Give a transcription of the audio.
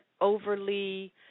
overly